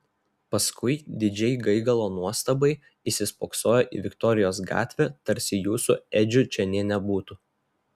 paskui didžiai gaigalo nuostabai įsispoksojo į viktorijos gatvę tarsi jų su edžiu čia nė nebūtų